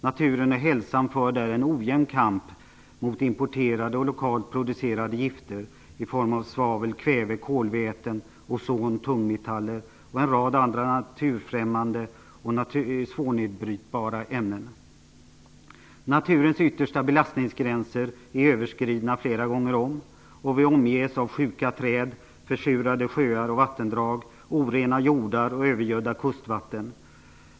Naturen och hälsan för där en ojämn kamp mot importerade och lokalt producerade gifter i form av svavel, kväve, kolväten, ozon, tungmetaller och en rad andra naturfrämmande och svårnedbrytbara ämnen. Naturens yttersta belastningsgränser är överskridna flera gånger om, och vi omges av sjuka träd, försurade sjöar och vattendrag, orena jordar och övergödda kustvatten.